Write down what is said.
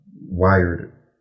Wired